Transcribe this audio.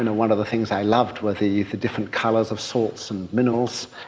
and one of the things i loved were the the different colours of salts and minerals.